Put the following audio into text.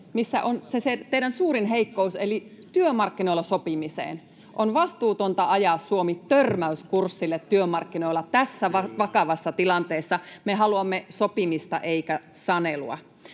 missä on se teidän suurin heikkoutenne, eli työmarkkinoilla sopiminen. On vastuutonta ajaa Suomi törmäyskurssille työmarkkinoilla tässä vakavassa tilanteessa. Me haluamme sopimista emmekä sanelua.